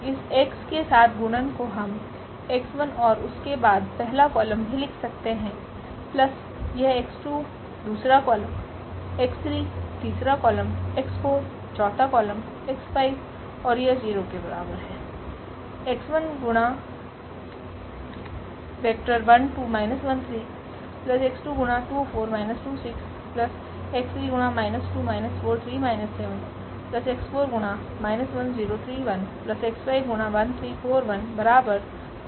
तो यह A और इस x के साथगुणन को हम x1 और उसके बाद पहला कॉलम भी लिख सकते हैं प्लस यह x2 दूसरा कॉलम x3 तीसरा कॉलम x4यह चौथा कॉलम x5और यह 0 के बराबर है